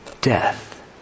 death